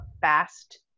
fast